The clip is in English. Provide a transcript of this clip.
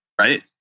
right